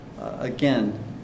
again